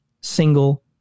single